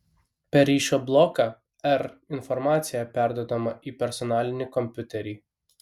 per ryšio bloką r informacija perduodama į personalinį kompiuterį